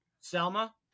Selma